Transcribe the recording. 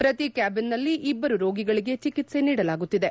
ಪ್ರತಿ ಕ್ಯಾಬಿನ್ನಲ್ಲಿ ಇಬ್ಬರು ರೋಗಿಗಳಿಗೆ ಚಿಕಿತ್ಪೆ ನೀಡಲಾಗುತ್ತಿದೆ